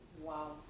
Wow